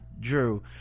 drew